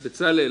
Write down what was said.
בצלאל,